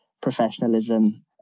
professionalism